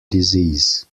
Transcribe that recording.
disease